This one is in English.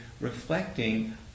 reflecting